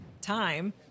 time